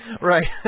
Right